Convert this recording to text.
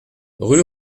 rue